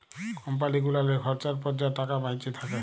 কম্পালি গুলালের খরচার পর যা টাকা বাঁইচে থ্যাকে